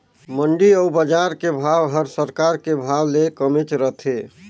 मंडी अउ बजार के भाव हर सरकार के भाव ले कमेच रथे